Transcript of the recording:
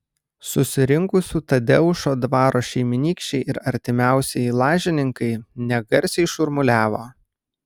susirinkusių tadeušo dvaro šeimynykščiai ir artimiausieji lažininkai negarsiai šurmuliavo